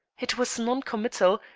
it was non-committal,